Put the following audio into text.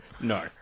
No